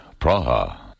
Praha